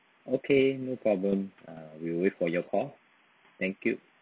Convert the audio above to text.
okay no problem uh we will wait for your call thank you